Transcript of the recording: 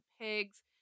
pigs